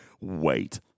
wait